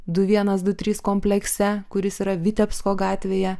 du vienas du trys komplekse kuris yra vitebsko gatvėje